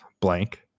blank